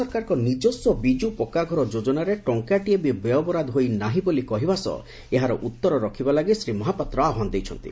ସରକାରଙ୍କ ନିଜସ୍ୱ ବିଜୁ ପକ୍କା ଘର ଯୋଜନାରେ ଟଙ୍କାଟିଏ ବି ବ୍ୟୟବରାଦ ହୋଇ ନାହିଁ ବୋଲି କହିବା ସହ ଏହାର ଉତ୍ତର ରଖିବା ଲାଗି ଶ୍ରୀ ମହାପାତ୍ର ଆହ୍ୱାନ ଦେଇଛନ୍ତି